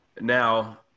Now